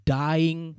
dying